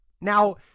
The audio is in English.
Now